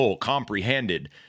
comprehended